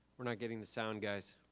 we're not getting the sound guys.